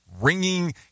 ringing